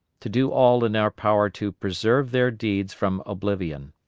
to do all in our power to preserve their deeds from oblivion.